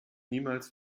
niemals